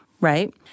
right